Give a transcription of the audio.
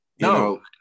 No